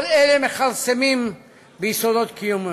כל אלה מכרסמים ביסודות קיומנו.